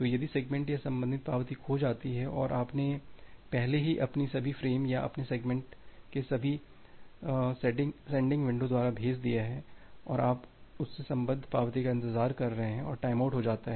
यदि सेगमेंट या संबंधित पावती खो जाती है और आपने पहले ही अपने सभी फ्रेम या अपने सेगमेंट के सभी सेगमेंट को सेंडिंग विंडो द्वारा भेज दिया है और आप उससे सम्बद्ध पावती का इंतजार कर रहे हैं और टाइमआउट हो जाता है